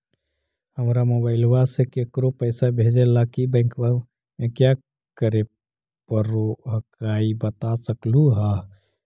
हमरा मोबाइलवा से केकरो पैसा भेजे ला की बैंकवा में क्या करे परो हकाई बता सकलुहा?